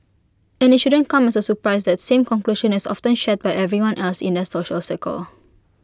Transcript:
and IT shouldn't come as A surprise that same conclusion is often shared by everyone else in their social circle